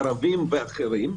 ערבים ואחרים,